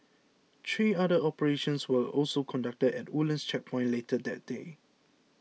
three other operations were also conducted at the Woodlands Checkpoint later that day